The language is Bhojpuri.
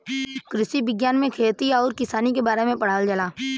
कृषि विज्ञान में खेती आउर किसानी के बारे में पढ़ावल जाला